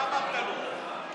מה אמרת לו?